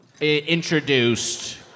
introduced